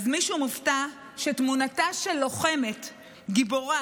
מישהו מופתע שתמונתה של לוחמת גיבורה,